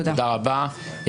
תודה רבה.